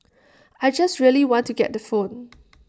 I just really want to get the phone